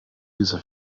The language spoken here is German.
dieser